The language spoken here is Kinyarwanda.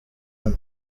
hano